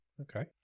Okay